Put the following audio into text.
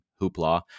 hoopla